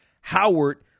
Howard